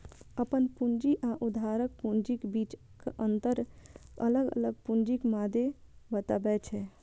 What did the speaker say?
अपन पूंजी आ उधारक पूंजीक बीचक अंतर अलग अलग पूंजीक मादे बतबै छै